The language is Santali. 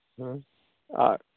ᱦᱮᱸ ᱟᱨ